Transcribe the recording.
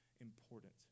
important